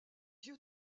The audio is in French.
yeux